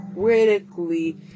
critically